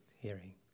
hearing